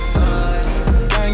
Gang